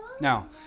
Now